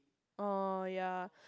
oh ya